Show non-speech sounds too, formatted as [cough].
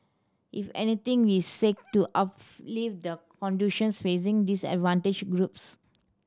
if anything we seek to [unintelligible] the conditions facing disadvantaged groups